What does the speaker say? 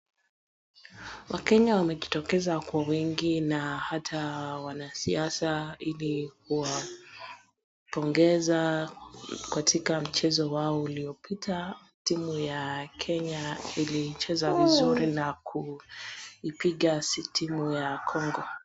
Wakenya wamejitokeza kwa wingi na hata wanasiasa ili kuwapongeza katika mchezo wao uliopita, timu ya Kenya ilicheza vizuri na kuipiga timu ya Congo.